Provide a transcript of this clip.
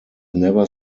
never